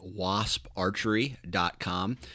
wasparchery.com